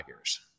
years